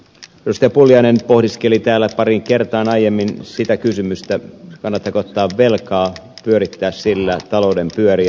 pulliainen pohdiskeli täällä pariin kertaan aiemmin sitä kysymystä kannattiko ottaa velkaa pyörittää sillä talouden pyöriä